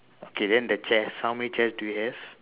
okay then the chairs how many chairs do you have